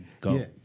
go